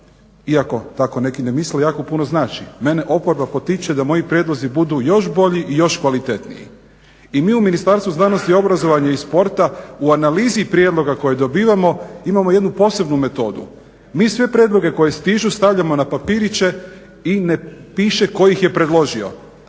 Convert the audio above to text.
iako tako neki ne misle jako puno znači, mene oporba potiče da moji prijedlozi budu još bolji i još kvalitetniji. I mi u Ministarstvu znanosti, obrazovanja i sporta u analizi prijedloga koje dobivamo imamo jednu posebnu metodu, mi sve prijedloge koji stižu stavljamo na papiriće i ne piše ko ih je predložio